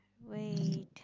wait